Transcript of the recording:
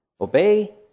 Obey